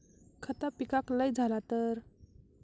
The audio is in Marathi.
खता पिकाक लय झाला तर?